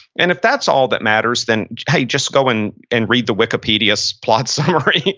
and if that's all that matters, then hey, just go and and read the wikipedia's plot summary.